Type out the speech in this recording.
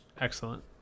excellent